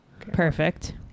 Perfect